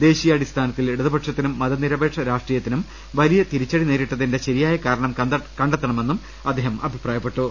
ദേശീയാടിസ്ഥാന ത്തിൽ ഇടതുപക്ഷത്തിനും മതനിരപേക്ഷ രാഷ്ട്രീയത്തിനും വലിയ തിരിച്ചുടി നേരിട്ടതിന്റെ ശരിയായ കാരണം കണ്ടെത്ത ണമെന്നും അദ്ദേഹം അഭിപ്രായപ്പെട്ടു